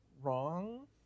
wrong